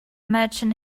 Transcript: merchant